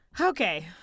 okay